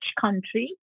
country